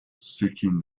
seeking